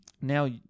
now